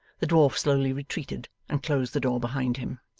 the dwarf slowly retreated and closed the door behind him.